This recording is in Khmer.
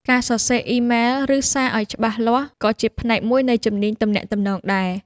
ការសរសេរអ៊ីមែល ឬសារឲ្យច្បាស់លាស់ក៏ជាផ្នែកមួយនៃជំនាញទំនាក់ទំនងដែរ។